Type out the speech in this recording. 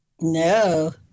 No